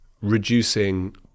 reducing